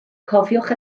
cofiwch